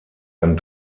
ein